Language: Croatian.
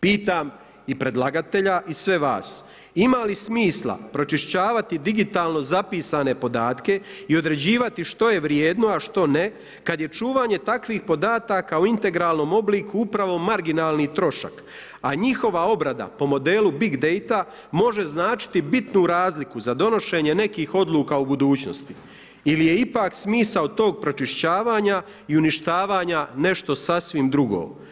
Pitam i predlagatelja i sve vas, ima li smisla pročišćavati digitalno zapisane podatke i određivati što je vrijedno, a što ne kad je čuvanje takvih podataka u integralnom obliku upravo marginalni trošak, a njihova obrada po modelu big date-a može značiti bitnu razliku za donošenje nekih odluka u budućnosti ili je ipak smisao tog pročišćavanja i uništavanja nešto sasvim drugo.